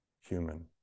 human